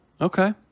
Okay